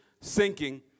sinking